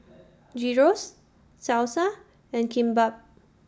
Gyros Salsa and Kimbap